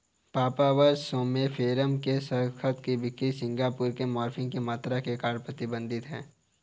papaver somniferum के खसखस की बिक्री सिंगापुर में मॉर्फिन की मात्रा के कारण प्रतिबंधित है